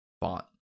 font